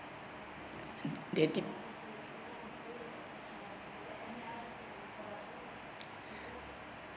they deep